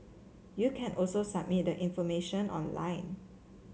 you can also submit the information online